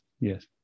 yes